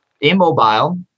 immobile